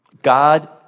God